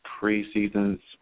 preseason's